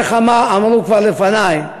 ואיך אמרו כבר לפני?